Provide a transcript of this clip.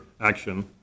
action